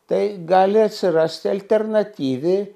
tai gali atsirasti alternatyvi